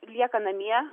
lieka namie